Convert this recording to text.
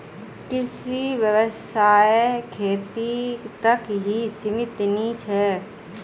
कृषि व्यवसाय खेती तक ही सीमित नी छे